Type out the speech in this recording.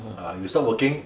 ah you stop working